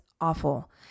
awful